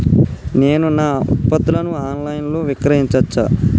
నేను నా ఉత్పత్తులను ఆన్ లైన్ లో విక్రయించచ్చా?